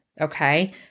Okay